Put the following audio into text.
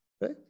right